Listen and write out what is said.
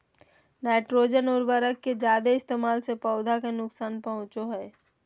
nitrogen उर्वरक के जादे इस्तेमाल से पौधा के नुकसान पहुंचो हय